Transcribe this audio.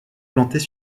plantées